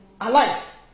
alive